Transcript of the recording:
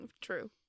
true